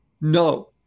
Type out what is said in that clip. no